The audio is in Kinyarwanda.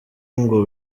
ngo